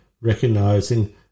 recognizing